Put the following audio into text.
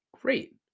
Great